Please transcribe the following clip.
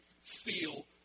feel